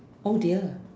oh dear